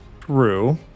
True